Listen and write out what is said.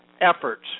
efforts